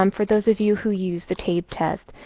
um for those of you who use the tabe test,